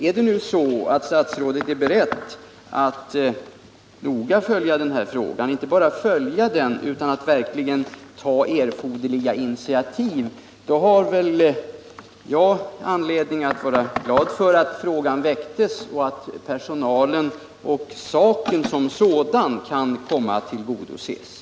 Är nu statsrådet beredd att noga följa frågan, ja, inte bara följa den utan verkligen ta erforderliga initiativ, har jag anledning att vara glad för att frågan väcktes. Då har ju personalen och saken som sådan vunnit på detta.